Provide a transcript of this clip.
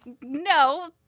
no